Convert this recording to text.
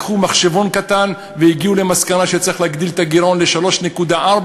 לקחו מחשבון קטן והגיעו למסקנה שצריך להגדיל את הגירעון ל-3.4.